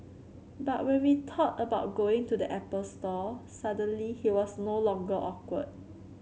but when we thought about going to the Apple Store suddenly he was no longer awkward